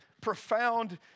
profound